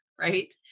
right